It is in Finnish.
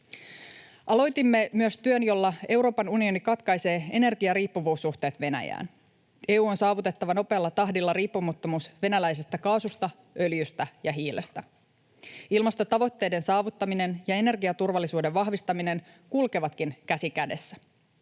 Aloitimme myös työn, jolla Euroopan unioni katkaisee energian riippuvuussuhteet Venäjään. EU:n on saavutettava nopealla tahdilla riippumattomuus venäläisestä kaasusta, öljystä ja hiilestä. Ilmastotavoitteiden saavuttaminen ja energiaturvallisuuden vahvistaminen kulkevatkin käsi kädessä.